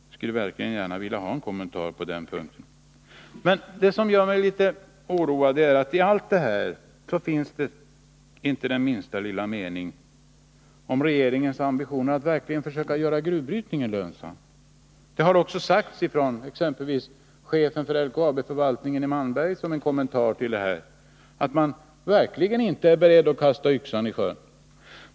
Jag skulle verkligen gärna vilja ha en kommentar på den punkten. Det som gör mig litet oroad är att i allt det här finns det inte den minsta lilla mening om regeringens ambitioner att verkligen försöka göra gruvbrytningen lönsam. Det har ju sagts av exempelvis chefen för LKAB-förvaltningen i Malmberget som kommentar till detta att man verkligen inte är beredd att kasta yxan isjön.